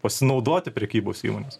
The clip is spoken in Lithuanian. pasinaudoti prekybos įmonės